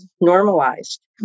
normalized